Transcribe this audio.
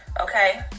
okay